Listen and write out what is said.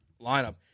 lineup